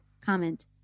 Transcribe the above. comment